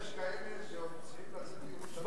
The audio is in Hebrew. יש כאלה שעוד צריכים לצאת מירושלים הלילה.